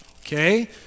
okay